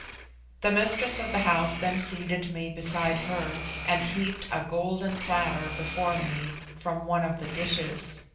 the mistress of the house then seated me beside her, and heaped a golden platter before me from one of the dishes.